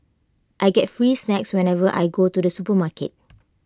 I get free snacks whenever I go to the supermarket